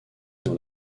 dans